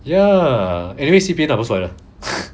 ya anyway C_P_F 拿不出来的